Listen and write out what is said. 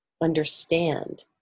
understand